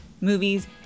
movies